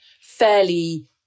fairly